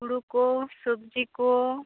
ᱦᱩᱲᱩ ᱠᱚ ᱥᱚᱵᱡᱤ ᱠᱚ